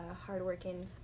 hardworking